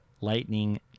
Lightning